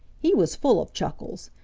he was full of chuckles.